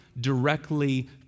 directly